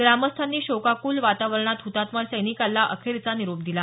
ग्रामस्थांनी शोकाकूल वातावरणात हुतात्मा सैनिकाला अखेरचा निरोप दिला